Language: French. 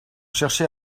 cherchez